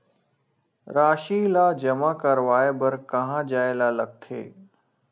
राशि ला जमा करवाय बर कहां जाए ला लगथे